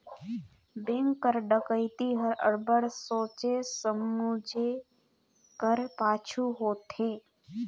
bank कर डकइती हर अब्बड़ सोंचे समुझे कर पाछू होथे